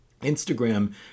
Instagram